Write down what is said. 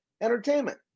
entertainment